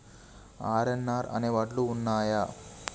RNR అనే వడ్లు ఉన్నయా?